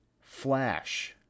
Flash